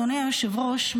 אדוני היושב-ראש,